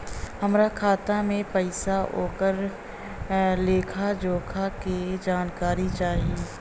हमार खाता में पैसा ओकर लेखा जोखा के जानकारी चाही?